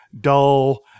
dull